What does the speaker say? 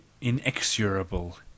inexorable